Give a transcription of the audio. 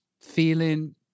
feeling